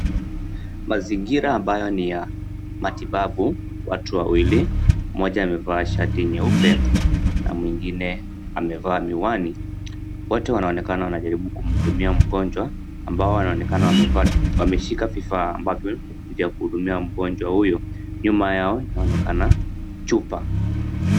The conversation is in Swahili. Mazingira ambayo ni ya matibabu watu wawili mmoja amevaa shati nyeupe na mwingine amevaa miwani. Watu wanaonekana wanajaribu kumhudumia mgonjwa ambao wanaonekana wameshika vifaa ambavyo ni vya kumhudumia mgonjwa huyo. Nyuma yao inaonekana chupa.